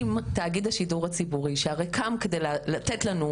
תאגיד השידור הציבורי הרי קם כדי לתת לנו,